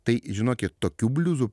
tai žinokit tokių bliuzų